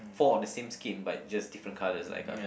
four of the same skin but just different colours like uh